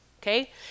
okay